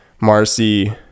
Marcy